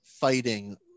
fighting